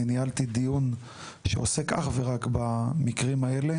אני ניהלתי דיון שעוסק אך ורק במקרים האלה.